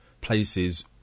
places